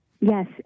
Yes